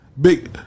big